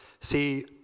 See